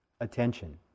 attention